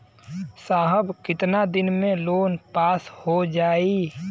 साहब कितना दिन में लोन पास हो जाई?